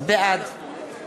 בעד